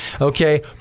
okay